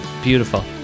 beautiful